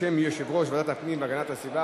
בשם יושב-ראש ועדת הפנים והגנת הסביבה,